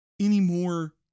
anymore